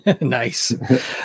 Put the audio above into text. Nice